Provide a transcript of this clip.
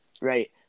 right